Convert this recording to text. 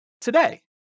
today